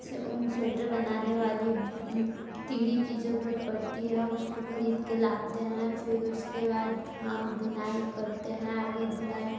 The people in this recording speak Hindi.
से ऊन स्वेटर बनाने वाली तीड़ी की ज़रूरत पड़ती है उसको ख़रीद कर लाते हैं फिर उसके बाद हम बुनाई करते हैं अगर बुनाई